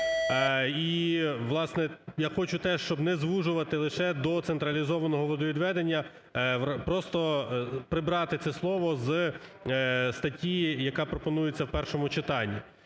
І, власне, я хочу теж, щоб не звужувати лише до "централізованого водовідведення", просто прибрати це слово з статті, яка пропонується в першому читанні.